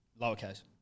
Lowercase